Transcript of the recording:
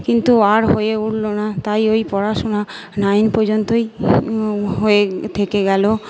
কিন্তু আর হয়ে উঠলো না তাই ওই পড়াশুনা নাইন পর্যন্তই হয়ে থেকে গেলো